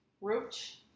Roach